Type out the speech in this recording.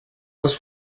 les